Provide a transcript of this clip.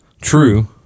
true